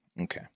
Okay